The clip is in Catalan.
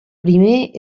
primer